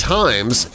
times